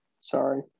Sorry